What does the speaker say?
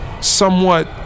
somewhat